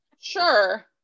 Sure